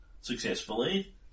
successfully